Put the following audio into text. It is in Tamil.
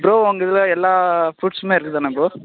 ப்ரோ உங்கள் இதில் எல்லா ஃப்ரூட்ஸுமே இருக்குது தானே ப்ரோ